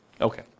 okay